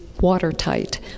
watertight